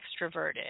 extroverted